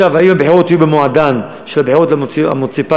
האם הבחירות יהיו במועדן, הבחירות המוניציפליות